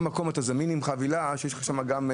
אתה עובר באיזה מקום, נכנס לחנות וקונה.